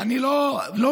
אני או אתה, מיקי לוי?